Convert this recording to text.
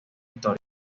histórico